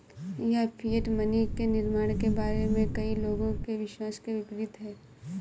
यह fiat money के निर्माण के बारे में कई लोगों के विश्वास के विपरीत है